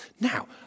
Now